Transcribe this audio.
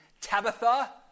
Tabitha